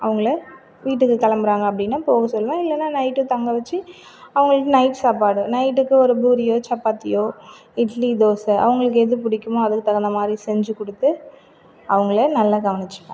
அவங்கள் வீட்டுக்கு கிளம்புறாங்கள் அப்படினா போக சொல்லுவேன் இல்லைனா நைட் தங்க வச்சு அவங்களுக்கு நைட் சாப்பாடு நைட்டுக்கு ஒரு பூரியோ சப்பாத்தியோ இட்லி தோசை அவங்களுக்கு எது பிடிக்குமோ அதுக்கு தகுந்தமாதிரி செஞ்சு கொடுத்து அவங்களை நல்லா கவனிச்சிப்பேன்